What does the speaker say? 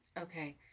Okay